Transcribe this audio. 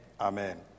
Amen